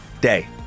day